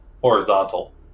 horizontal